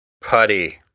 Putty